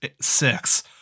six